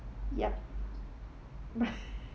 yup